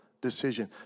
decision